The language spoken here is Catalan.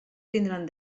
tindran